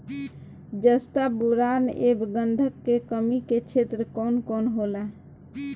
जस्ता बोरान ऐब गंधक के कमी के क्षेत्र कौन कौनहोला?